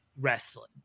wrestling